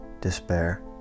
Despair